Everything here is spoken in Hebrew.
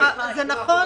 מ-2022 --- תודה.